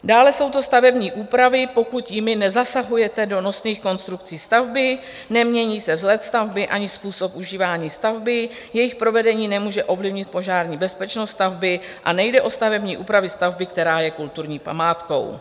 Dále jsou to stavební úpravy, pokud jimi nezasahujete do nosných konstrukcí stavby, nemění se vzhled stavby ani způsob užívání stavby, jejich provedení nemůže ovlivnit požární bezpečnost stavby a nejde o stavební úpravy stavby, která je kulturní památkou.